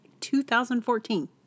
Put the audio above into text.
2014